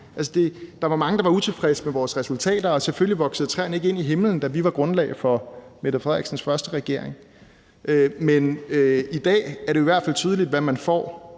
Der var mange, der var utilfredse med vores resultater, og selvfølgelig voksede træerne ikke ind i himlen, da vi var grundlag for Mette Frederiksens første regering, men i dag er det jo i hvert fald tydeligt, hvad man får,